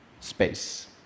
space